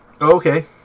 Okay